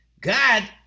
God